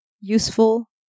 useful